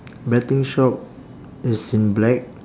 betting shop is in black